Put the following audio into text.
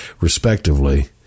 respectively